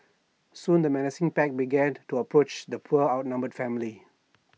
soon the menacing pack began to approach the poor outnumbered family